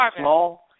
small